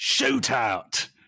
shootout